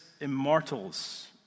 immortals